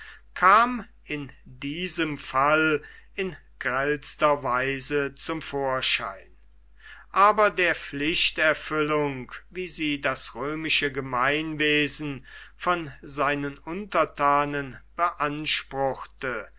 kam in diesem fall in grellster weise zum vorschein aber der pflichterfüllung wie sie das römische gemeinwesen von seinen untertanen beanspruchte